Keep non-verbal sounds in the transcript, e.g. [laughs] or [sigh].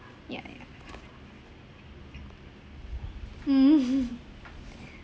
ya ya ya [laughs]